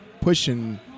pushing